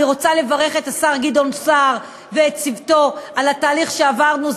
אני רוצה לברך את השר גדעון סער ואת צוותו על התהליך שעברנו.